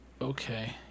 Okay